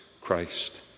christ